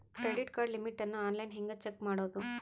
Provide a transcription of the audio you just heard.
Credit card limit ಅನ್ನು online ಹೆಂಗ್ check ಮಾಡೋದು?